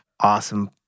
awesome